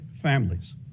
families